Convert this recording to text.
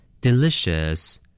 Delicious